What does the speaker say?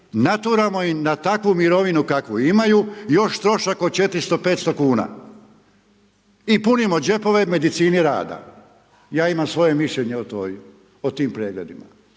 naturamo im na takvu mirovinu kakvu imaju još trošak od 400, 500 kn. I punimo džepove medicini rada. Ja imam svoje mišljenje o tim pregledima.